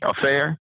affair